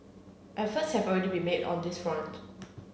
efforts have already been made on this front